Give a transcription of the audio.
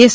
S